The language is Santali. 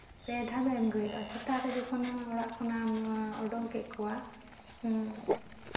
ᱯᱮ ᱫᱷᱟᱣ ᱫᱚ ᱮᱢ ᱜᱮ ᱦᱩᱭᱩᱜᱼᱟ ᱥᱮᱛᱟᱜ ᱨᱮ ᱡᱚᱠᱷᱚᱱᱮᱢ ᱚᱲᱟᱜ ᱠᱷᱚᱱᱟᱜ ᱱᱚᱣᱟ ᱚᱰᱚᱝ ᱠᱮᱫ ᱠᱚᱣᱟ